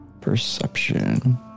Perception